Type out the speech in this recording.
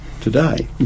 today